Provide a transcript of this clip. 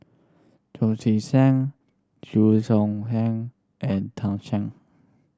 John Tee Cain Chew Choo Keng and Tan Shen